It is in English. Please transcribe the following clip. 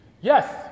Yes